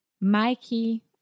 Mikey